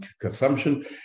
consumption